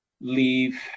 Leave